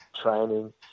training